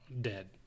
dead